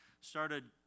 started